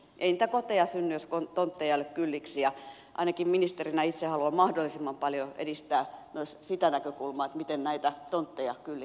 ei niitä koteja synny jos tontteja ei ole kylliksi ja ainakin ministerinä itse haluan mahdollisimman paljon edistää myös sitä näkökulmaa miten näitä tontteja kylliksi saamme